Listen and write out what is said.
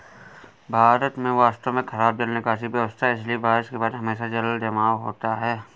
भारत में वास्तव में खराब जल निकासी व्यवस्था है, इसलिए बारिश के बाद हमेशा जलजमाव होता है